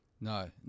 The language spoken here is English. No